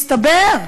מסתבר,